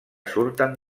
surten